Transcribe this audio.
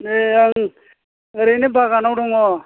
नै आं ओरैनो बागानाव दङ